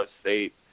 State